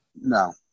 No